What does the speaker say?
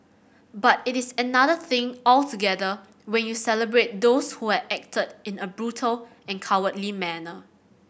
but it is another thing altogether when you celebrate those who had acted in a brutal and cowardly manner